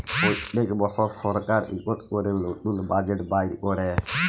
প্যত্তেক বসর সরকার ইকট ক্যরে লতুল বাজেট বাইর ক্যরে